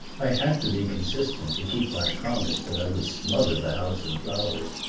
i had to be consistent, to keep my promise that i would smother the house in flowers.